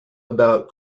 about